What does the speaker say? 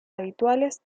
habituales